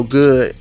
good